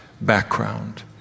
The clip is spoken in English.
background